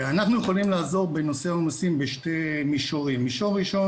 אנחנו יכולים לעזור בנושא העומס בשני מישורים: מישור אחד